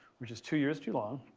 which is two years too long,